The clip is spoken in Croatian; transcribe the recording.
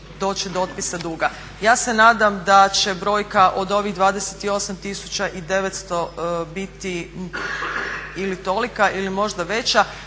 doći do otpisa duga. Ja se nadam da će brojka od ovih 28 tisuća i 900 biti ili tolika ili možda veća.